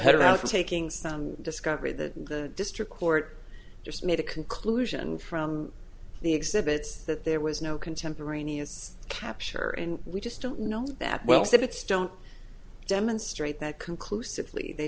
head of our taking some discovery that the district court just made a conclusion from the exhibits that there was no contemporaneous capture and we just don't know that well said it's don't demonstrate that conclusively they